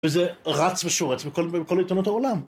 וזה רץ ושורץ בכל עיתונות העולם.